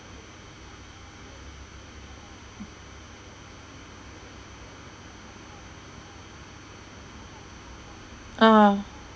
uh